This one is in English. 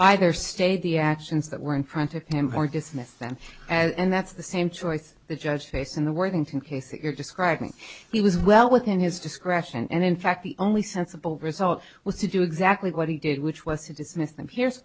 either state the actions that were in front of him hargus myth them and that's the same choice the judge face in the worthington case that you're describing he was well within his discretion and in fact the only sensible result was to do exactly what he did which was to dismiss them here's